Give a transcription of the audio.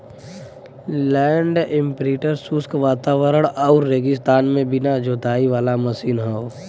land imprinter शुष्क वातावरण आउर रेगिस्तान में बिना जोताई वाला मशीन हौ